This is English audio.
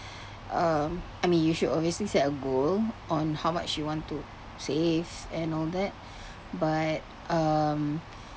um I mean you should obviously set a goal on how much you want to save and all that but um